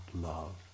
love